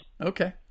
Okay